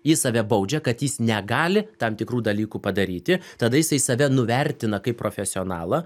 jis save baudžia kad jis negali tam tikrų dalykų padaryti tada jisai save nuvertina kaip profesionalą